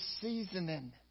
seasoning